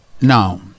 Now